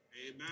Amen